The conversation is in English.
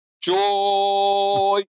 joy